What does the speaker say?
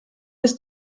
ist